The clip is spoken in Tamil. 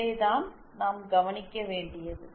இதைதான் நாம் கவனிக்க வேண்டியது